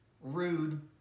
rude